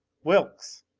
wilks!